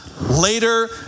later